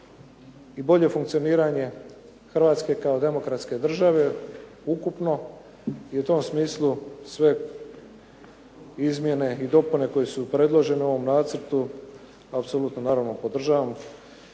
i bolje funkcioniranje Hrvatske kao demokratske države, ukupno i u tom smislu sve izmjene i dopune koje su predložene u ovom nacrtu, apsolutno naravno podržavam